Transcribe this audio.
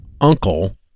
uncle